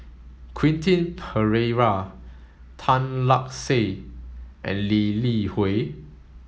Quentin Pereira Tan Lark Sye and Lee Li Hui